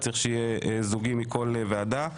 צריך שיהיה מס' זוגי מכל ועדה: